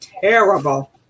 terrible